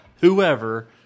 whoever